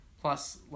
Plus